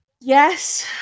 Yes